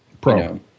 Pro